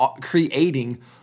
creating